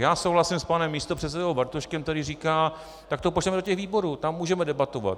Já souhlasím s panem místopředsedou Bartoškem, který říká: tak to pošleme do těch výborů, tam můžeme debatovat.